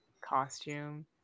costume